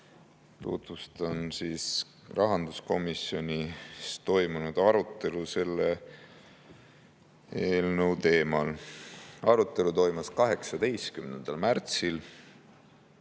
Tutvustan rahanduskomisjonis toimunud arutelu selle eelnõu teemal. Arutelu toimus 18. märtsil.